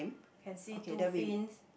can see two fins